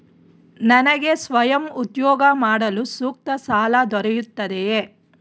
ನನಗೆ ಸ್ವಯಂ ಉದ್ಯೋಗ ಮಾಡಲು ಸೂಕ್ತ ಸಾಲ ದೊರೆಯುತ್ತದೆಯೇ?